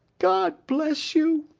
god bless you!